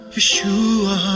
Yeshua